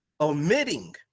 omitting